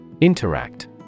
Interact